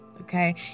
Okay